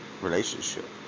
relationship